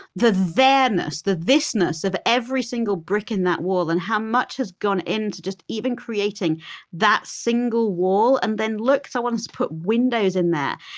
there-ness, the this-ness, of every single brick in that wall and how much has gone into just even creating that single wall, and then, look someone's put windows in there.